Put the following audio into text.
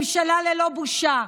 ממשלה ללא בושה,